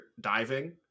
diving